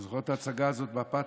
אתה זוכר את ההצגה הזאת והפתוס,